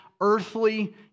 earthly